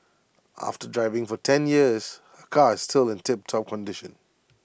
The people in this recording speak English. after driving for ten years her car is still in tiptop condition